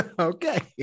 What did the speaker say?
Okay